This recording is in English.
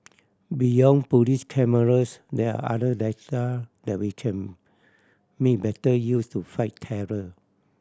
beyond police cameras there are other data that we can make better use to fight terror